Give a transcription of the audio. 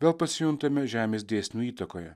vėl pasijuntame žemės dėsnių įtakoje